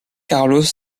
carlos